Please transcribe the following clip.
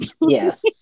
Yes